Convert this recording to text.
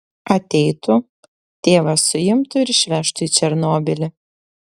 ateitų tėvas suimtų ir išvežtų į černobylį